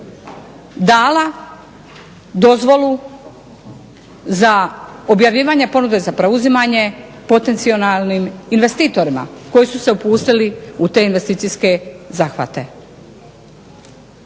dala dozvolu za objavljivanje ponude za preuzimanje potencijalnim investitorima koji su se upustili u te investicijske zahvate.